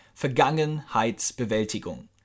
Vergangenheitsbewältigung